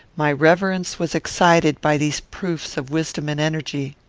my reverence was excited by these proofs of wisdom and energy.